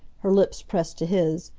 her lips pressed to his.